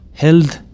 health